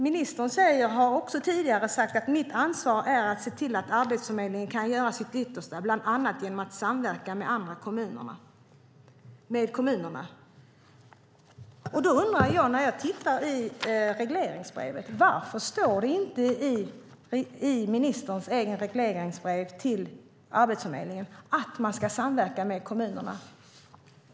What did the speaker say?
Ministern har också tidigare sagt att hennes ansvar är att se till att Arbetsförmedlingen kan göra sitt yttersta, bland annat genom att samverka med kommunerna. När jag tittar i ministerns eget regleringsbrev till Arbetsförmedlingen undrar jag då varför det inte står där att man ska samverka med kommunerna.